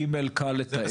אימייל קל לתעד.